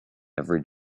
every